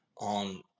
on